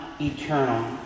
eternal